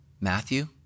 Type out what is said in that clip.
Matthew